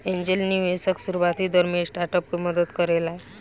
angel निवेशक शुरुआती दौर में स्टार्टअप के मदद करेला